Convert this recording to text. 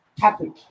Happy